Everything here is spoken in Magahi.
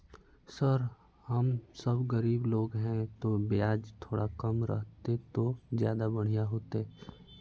सर हम सब गरीब लोग है तो बियाज थोड़ा कम रहते तो ज्यदा बढ़िया होते